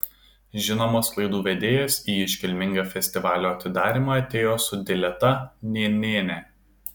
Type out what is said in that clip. žinomas laidų vedėjas į iškilmingą festivalio atidarymą atėjo su dileta nenėne